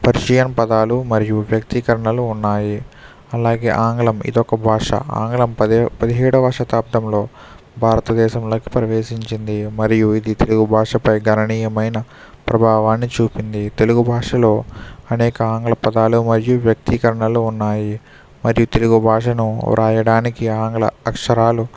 Persian పదాలు మరియు వ్యక్తికరణలు ఉన్నాయి అలాగే ఆంగ్లం ఇదొక భాష ఆంగ్లం పది పదిహేడవ శతాబ్దంలో భారతదేశంలోకి ప్రవేశించింది మరియు ఇది తెలుగు భాష పై గణనీయమైన ప్రభావాన్ని చూపింది తెలుగు భాషలో అనేక ఆంగ్ల పదాలు మరియు వ్యక్తీకరణలు ఉన్నాయి మరియు తెలుగు భాషను రాయడానికి ఆంగ్ల అక్షరాలు